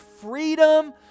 freedom